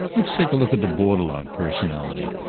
let's take a look at the borderline personality.